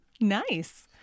Nice